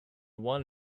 one